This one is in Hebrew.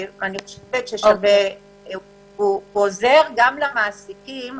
הוא עוזר גם למעסיקים,